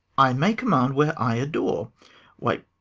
i may command where i adore why,